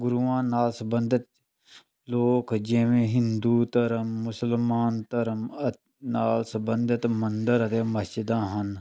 ਗੁਰੂਆਂ ਨਾਲ ਸੰਬੰਧਿਤ ਲੋਕ ਜਿਵੇਂ ਹਿੰਦੂ ਧਰਮ ਮੁਸਲਮਾਨ ਧਰਮ ਅਤ ਨਾਲ ਸੰਬੰਧਿਤ ਮੰਦਰ ਅਤੇ ਮਸਜ਼ਿਦਾਂ ਹਨ